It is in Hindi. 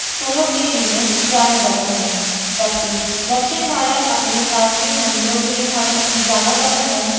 स्थलों के लिए जाना जाता है जब कि दक्षिन भारत अपने प्राचीन मंदिरों के लिए जाना जाना जाता है